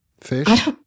Fish